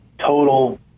total